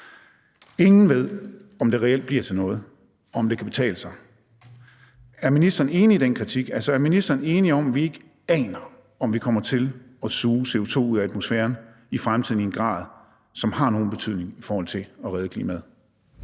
Ingen ved, om det reelt bliver til noget, og om det kan betale sig. Er ministeren enig i den kritik? Altså, er ministeren enig i, at vi ikke aner, om vi kommer til at suge CO2 ud af atmosfæren i fremtiden i en grad, som har nogen betydning i forhold til at redde klimaet?